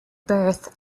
birth